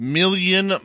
million